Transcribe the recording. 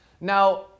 Now